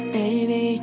baby